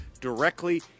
directly